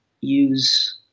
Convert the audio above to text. use